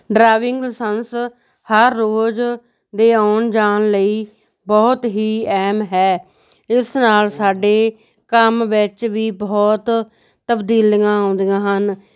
driving licence ਹਰ ਰੋਜ਼ ਦੇ ਆਉਣ ਜਾਣ ਲਈ ਬਹੁਤ ਹੀ ਅਹਿਮ ਹੈ ਇਸ ਨਾਲ ਸਾਡੇ ਕੰਮ ਵਿੱਚ ਵੀ ਬਹੁਤ ਤਬਦੀਲੀਆਂ ਆਉਂਦੀਆਂ ਹਨ